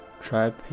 try